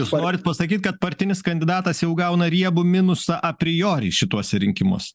jūs norit pasakyt kad partinis kandidatas jau gauna riebų minusą apriori šituose rinkimus